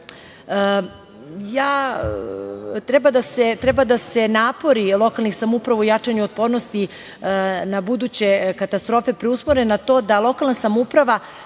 da se napori lokalnih samouprava u jačanju otpornosti na buduće katastrofe preusmere na to da lokalna samouprava